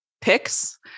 picks